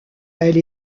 elle